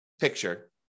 picture